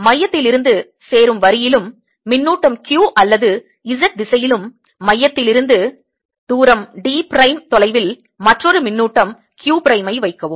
மையத்திலிருந்து சேரும் வரியிலும் மின்னூட்டம் q அல்லது Z திசையிலும் மையத்திலிருந்து தூர d பிரைம் தொலைவில் மற்றொரு மின்னூட்டம் q பிரைமை வைக்கவும்